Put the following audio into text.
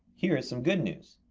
here is some good news.